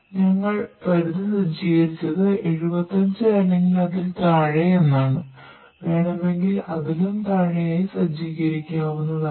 ഞങ്ങൾ പരിധി സജ്ജീകരിച്ചത് 75 അല്ലെങ്കിൽ അതിൽ താഴെ എന്നാണ് വേണമെങ്കിൽ അതിലും താഴെയായി സജ്ജീകരിക്കാവുന്നതാണ്